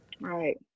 right